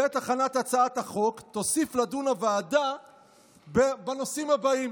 בעת הכנת החוק תוסיף לדון הוועדה בנושאים הבאים"